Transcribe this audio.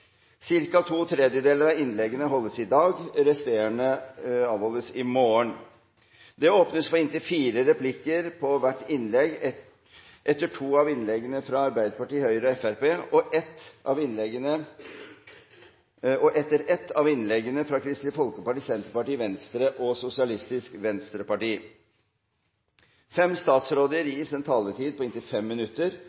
Cirka to tredjedeler av innleggene holdes i dag, de resterende holdes i morgen. Det åpnes for inntil fire replikker på hvert innlegg etter to av innleggene fra Arbeiderpartiet, Høyre og Fremskrittspartiet og etter ett av innleggene fra Kristelig Folkeparti, Senterpartiet, Venstre og Sosialistisk Venstreparti. Fem statsråder